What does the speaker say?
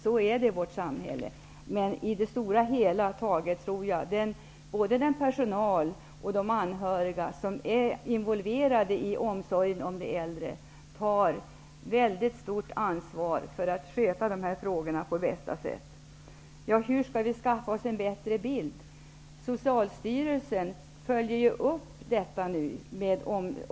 Så är det i vårt samhälle. Men på det stora hela taget tar den personal och de anhöriga som är involverade i omsorgen av de äldre ett mycket stort ansvar för att hantera dessa frågor på bästa sätt. Hur skall vi skaffa oss en bättre bild av läget?